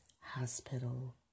hospital